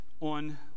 on